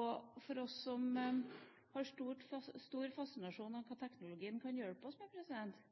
og for oss som har stor fascinasjon for hva teknologien kan hjelpe oss med –